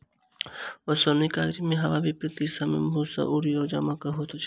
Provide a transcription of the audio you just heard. ओसौनीक काजमे हवाक विपरित दिशा मे भूस्सा उड़ि क जमा होइत छै